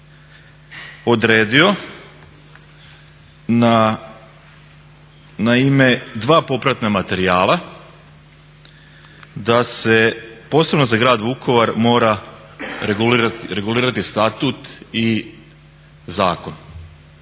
odredio na ime dva popratna materijala da se posebno za Grad Vukovar mora regulirati statut i zakon.